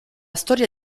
storia